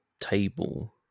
table